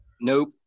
Nope